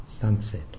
sunset